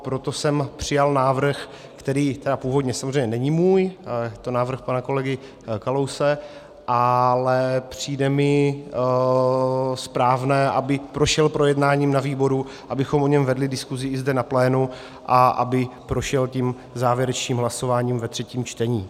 Proto jsem přijal návrh, který tedy původně samozřejmě není můj, je to návrh pana kolegy Kalouse, ale přijde mi správné, aby prošel projednáním na výboru, abychom o něm vedli diskusi i zde na plénu a aby prošel tím závěrečným hlasováním ve třetím čtení.